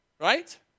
Right